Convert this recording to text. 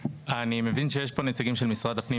אני מבין שישנם פה נציגים של משרד הפנים,